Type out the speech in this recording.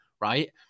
right